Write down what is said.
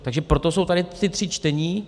Takže proto jsou tady ta tři čtení.